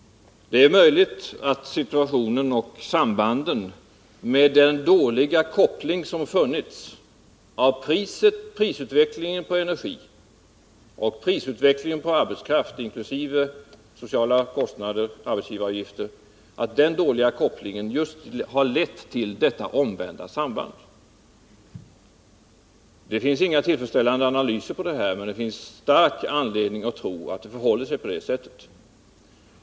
Det är möjligt att just den dåliga kopplingen mellan prisutvecklingen på energiområdet och prisutvecklingen när det gäller arbetskraften, inkl. sociala kostnader, arbetsgivaravgifter etc., har lett till det dåliga sambandet. Det finns inga tillfredsställande analyser att tillgå här. Men man har stor anledning att tro att det förhåller sig så.